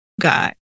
god